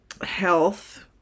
health